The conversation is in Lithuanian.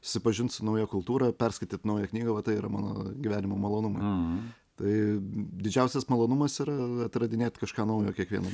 susipažint su nauja kultūra perskaityt naują knygą vat tai yra mano gyvenimo malonumai tai didžiausias malonumas yra atradinėti kažką naujo kiekvienai